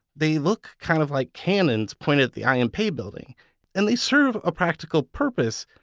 they look kind of like cannons pointed at the i m. pei building and they serve a practical purpose,